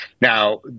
Now